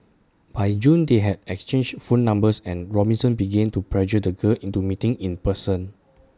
by June they had exchanged phone numbers and Robinson began to pressure the girl into meeting in person